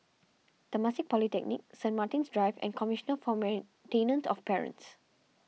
Temasek Polytechnic Saint Martin's Drive and Commissioner for Maintenance of Parents